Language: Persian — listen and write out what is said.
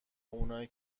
اونایی